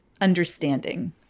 understanding